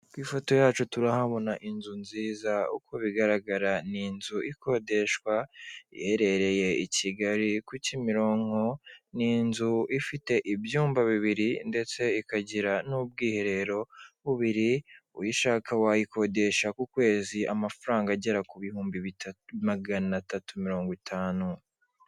Ku ifoto yacu turahabona inzu nziza, uko bigaragara ni inzu ikodeshwa, iherereye i Kigali ku Kimiroko, ni inzu ifite ibyumba bibiri ndetse ikagira n'ubwiherero bubiri, uyishaka wayikodesha ku kwezi amafaranga agera ku bihumbi magana atatu mirongo itanu.